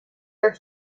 our